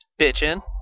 Bitchin